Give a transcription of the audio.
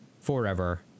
forever